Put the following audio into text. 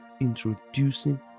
introducing